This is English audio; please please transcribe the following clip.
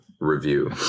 review